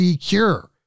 cure